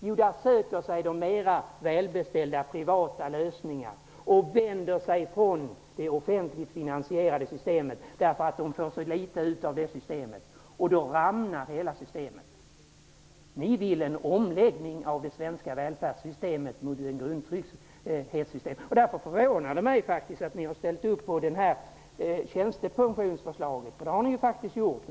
Jo, där söker sig de mer välbeställda till privata lösningar och vänder sig ifrån det offentligt finansierade systemet, därför att det får ut så litet av det. Och då rämnar hela systemet. Ni vill genomföra en omläggning av det svenska välfärdssystemet mot ett grundtrygghetssystem, och därför förvånar det mig faktiskt att ni har ställt upp på tjänstepensionsförslaget -- det har ni ju faktiskt gjort.